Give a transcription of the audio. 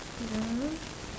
wait ah